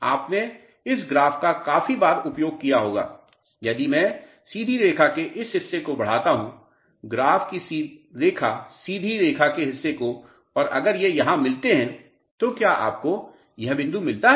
आपने इस ग्राफ का काफी बार उपयोग किया होगा यदि मैं सीधी रेखा के इस हिस्से को बढ़ाता हूं ग्राफ की रेखा सीधी रेखा के हिस्से को और अगर ये यहाँ मिलते हैं तो क्या आपको यह बिंदु मिलता है